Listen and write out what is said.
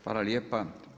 Hvala lijepa.